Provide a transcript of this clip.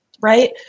Right